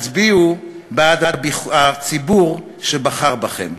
הצביעו בעד הציבור שבחר בכם.